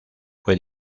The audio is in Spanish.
fue